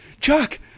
Chuck